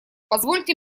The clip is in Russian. позвольте